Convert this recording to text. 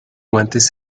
guantes